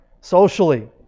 socially